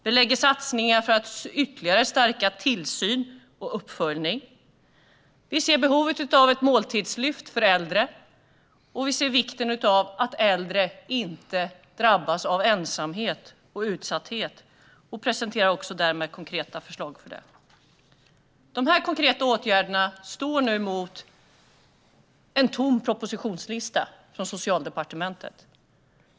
Vi gör satsningar för att ytterligare stärka tillsyn och uppföljning. Vi ser behovet av ett måltidslyft för äldre, och vi ser vikten av att äldre inte drabbas av ensamhet och utsatthet. Vi presenterar därmed också konkreta förslag för detta. De här konkreta åtgärderna står nu mot en tom propositionslista från Socialdepartementet.